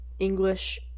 English